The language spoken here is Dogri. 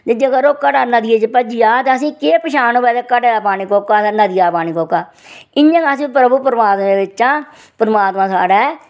ते जेकर ओह् घड़ा नदिये च भज्जी जा ते असेंगी केह् पछान होवे के घड़े दा पानी कोह्का ते नदिये दा पानी कोह्का इयां के असें प्रभु परमात्मा बिच्चा परमात्मा साढ़ै